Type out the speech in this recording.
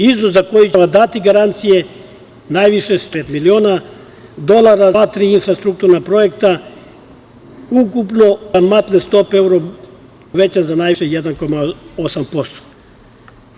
Iznos za koji će država dati garancije, najviše 169 miliona dolara za sva tri infrastrukturna projekta, ukupnu uz kamatne stope euroribora uvećane za najviše 1,8%